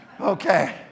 Okay